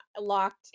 locked